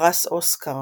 לפרס אוסקר